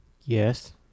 Yes